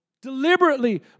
deliberately